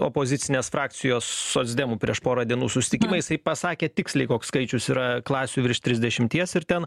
opozicinės frakcijos socdemų prieš porą dienų susitikimą jisai pasakė tiksliai koks skaičius yra klasių virš trisdešimties ir ten